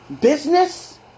Business